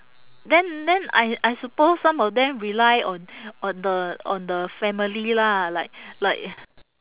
then then I I suppose some of them rely on on the on the family lah like like